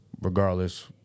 regardless